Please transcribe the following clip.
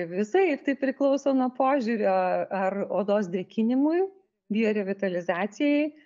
visaip tai priklauso nuo požiūrio ar odos drėkinimui biorevitalizacijai